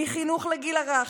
חינוך לגיל הרך,